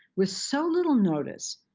with so little notice,